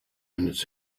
minutes